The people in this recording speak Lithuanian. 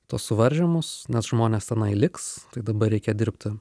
tuos suvaržymus nes žmonės tenai liks tai dabar reikia dirbti